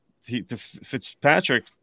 Fitzpatrick